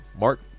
Mark